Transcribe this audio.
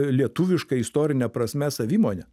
lietuvišką istorine prasme savimonę